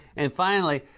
and, finally,